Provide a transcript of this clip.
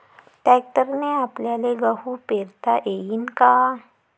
ट्रॅक्टरने आपल्याले गहू पेरता येईन का?